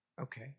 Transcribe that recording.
Okay